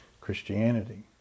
Christianity